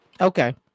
Okay